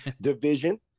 division